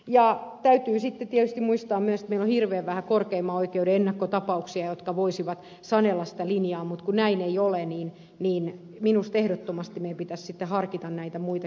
ja täytyy sitten tietysti muistaa myös että meillä on hirveän vähän korkeimman oikeuden ennakkotapauksia jotka voisivat sanella sitä linjaa ja kun näin ei ole niin minusta ehdottomasti meidän pitäisi sitten harkita näitä muita keinoja